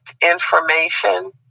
information